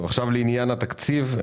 לעניין התקציב.